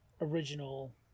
original